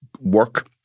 work